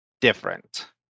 different